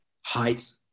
Height